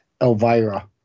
Elvira